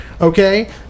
Okay